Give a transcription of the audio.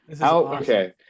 Okay